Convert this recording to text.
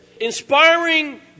Inspiring